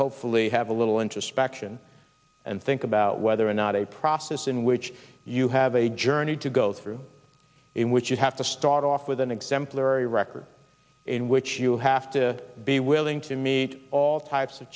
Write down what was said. hopefully have a little introspection and think about whether or not a process in which you have a journey to go through in which you have to start off with an exemplary record in which you have to be willing to meet all types of